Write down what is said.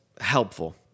helpful